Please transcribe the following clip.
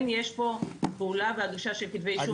כן יש פה פעולה והגשה של כתבי אישום